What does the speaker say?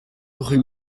rue